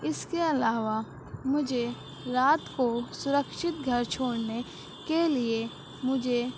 اس کے علاوہ مجھے رات کو سرکشت گھر چھوڑنے کے لیے مجھے